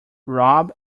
rob